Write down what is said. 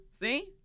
See